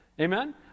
Amen